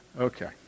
Okay